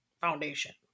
foundation